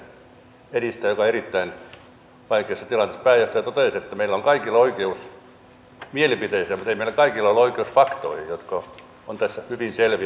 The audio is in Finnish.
pääjohtaja totesi että meillä on kaikilla oikeus mielipiteeseen mutta ei meillä kaikilla ole oikeus faktoihin jotka ovat tässä hyvin selviä